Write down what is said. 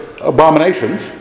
abominations